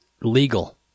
legal